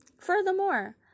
Furthermore